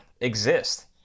exist